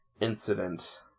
incident